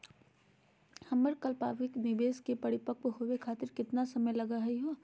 हमर अल्पकालिक निवेस क परिपक्व होवे खातिर केतना समय लगही हो?